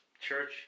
Church